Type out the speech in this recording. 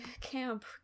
camp